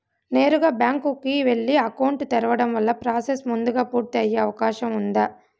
నేరుగా బ్యాంకు కు వెళ్లి అకౌంట్ తెరవడం వల్ల ప్రాసెస్ ముందుగా పూర్తి అయ్యే అవకాశం ఉందా?